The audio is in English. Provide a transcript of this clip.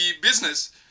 business